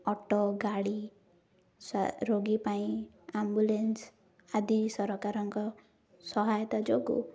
auto ଗାଡ଼ି ରୋଗୀ ପାଇଁ ଆମ୍ବୁଲାନ୍ସ ଆଦି ସରକାରଙ୍କ ସହାୟତା ଯୋଗୁଁ